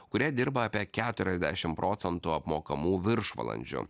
kurie dirba apie keturiasdešim procentų apmokamų viršvalandžių